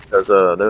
of the